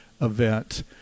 event